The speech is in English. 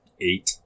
Eight